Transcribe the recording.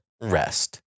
rest